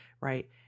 right